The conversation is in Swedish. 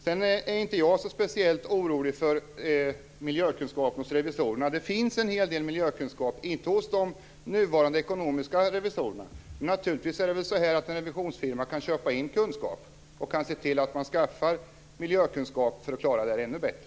Jag är inte speciellt orolig för miljökunskap hos revisorerna. Det finns en hel del miljökunskap, inte minst hos de nuvarande ekonomiska revisorerna. Naturligtvis kan en revisionsfirma köpa in kunskap och se till att man skaffar miljökunskap för att klara det ännu bättre.